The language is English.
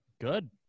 Good